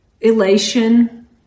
elation